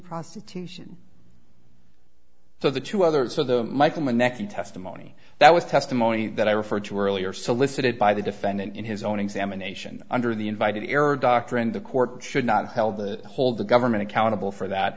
prostitution so the two others are the michael maneka testimony that was testimony that i referred to earlier solicited by the defendant in his own examination under the invited error doctrine the court should not held the hold the government accountable for that